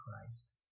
Christ